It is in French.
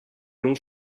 non